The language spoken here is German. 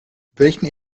welchen